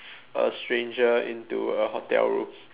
a stranger into a hotel room